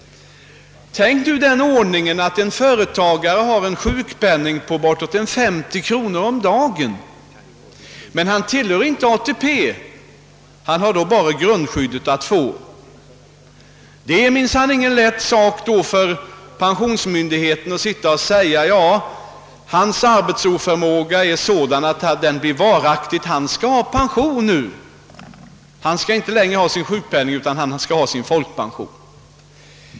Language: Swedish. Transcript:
Låt oss tänka oss att en företagare har en sjukpenning på bortåt 50 kronor men inte tillhör ATP; då har han bara grundskyddet att få. Det är då ingen lätt sak för pensionsmyndigheterna att säga: Hans arbetsoförmåga är sådan att den blir varaktig, varför han skall ha pension; han skall inte längre ha sjukpenning utan ha folkpension.